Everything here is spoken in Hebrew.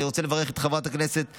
אני רוצה לברך את חברת הכנסת וולדיגר.